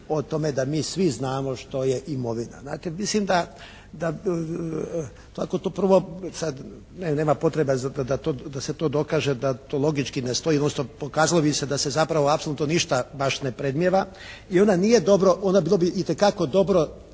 o tome da mi svi znamo što je imovina. Znate mislim da ovako to prvo, ne nema potrebe da to, da se to dokaže, da to logički ne stoji non stop, pokazalo bi se da se zapravo apsolutno ništa baš ne predmnijeva i onda nije dobro, onda bilo bi itekako dobro